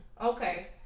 Okay